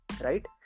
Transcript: right